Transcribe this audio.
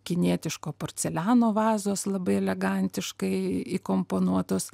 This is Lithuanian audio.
kinietiško porceliano vazos labai elegantiškai įkomponuotos